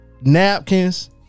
napkins